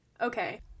okay